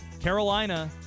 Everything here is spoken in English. Carolina